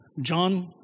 John